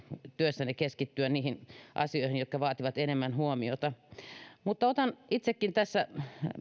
työssänne niihin asioihin keskittymisessä jotka vaativat enemmän huomiota otan itsekin